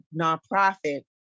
nonprofit